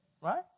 Right